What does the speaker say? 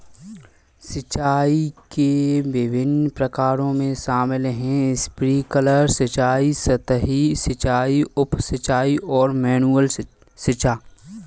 सिंचाई के विभिन्न प्रकारों में शामिल है स्प्रिंकलर सिंचाई, सतही सिंचाई, उप सिंचाई और मैनुअल सिंचाई